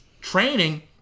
training